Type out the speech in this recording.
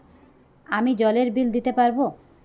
আমি জলের বিল দিতে পারবো?